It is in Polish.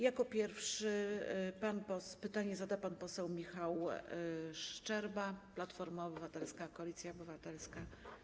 Jako pierwszy pytanie zada pan poseł Michał Szczerba, Platforma Obywatelska - Koalicja Obywatelska.